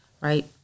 right